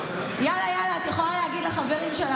"יאללה יאללה" את יכולה להגיד לחברים שלך,